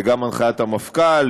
וגם הנחיית המפכ"ל,